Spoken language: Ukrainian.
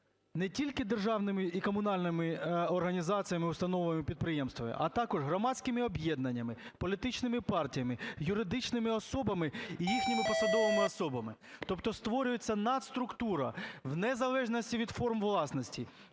не тільки державними і комунальними організаціями, установами і підприємствами, а також громадськими об'єднаннями, політичними партіями, юридичними особами і їхніми посадовими особами. Тобто створюється надструктура в незалежності від форм власності,